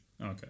Okay